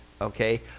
Okay